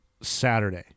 Saturday